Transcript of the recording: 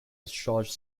discharged